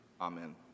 Amen